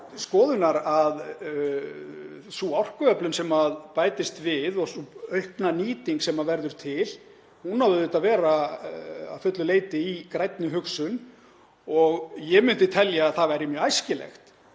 skoðunar að sú orkuöflun sem bætist við og sú aukna nýting sem verður til eigi auðvitað að vera að fullu leyti í grænni hugsun. Ég myndi telja að það væri mjög æskilegt